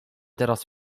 teraz